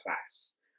class